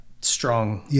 strong